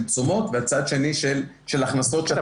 תשומות ומצד השני של הכנסות שאתה גובה.